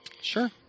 Sure